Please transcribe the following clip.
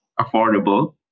affordable